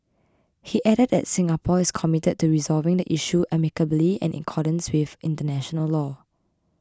he added that Singapore is committed to resolving the issue amicably and in accordance with international law